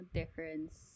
difference